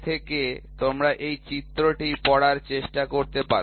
এ থেকে তোমরা এই চিত্রটি পড়ার চেষ্টা করতে পার